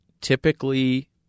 typically